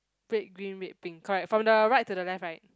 black green red pink correct from the right to the left right